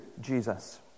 Jesus